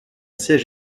siège